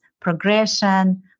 progression